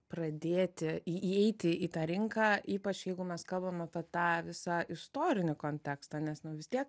pradėti į įeiti į tą rinką ypač jeigu mes kalbame apie tą visą istorinį kontekstą nes nu vis tiek